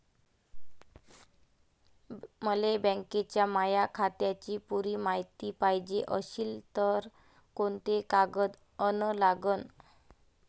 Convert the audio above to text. मले बँकेच्या माया खात्याची पुरी मायती पायजे अशील तर कुंते कागद अन लागन?